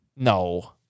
No